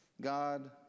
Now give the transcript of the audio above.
God